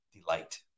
delight